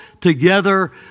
together